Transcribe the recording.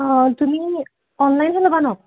অঁ তুমি অনলাইনহে ল'বা ন